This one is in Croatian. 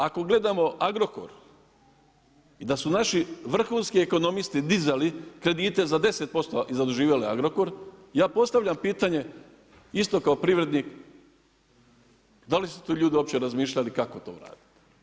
Ako gledamo Agrokor i da su naši vrhunski ekonomisti dizali kredite za 10% i zaduživali Agrokor, ja postavljam pitanje isto kao privrednik da li su to ljudi uopće razmišljali kako to uraditi?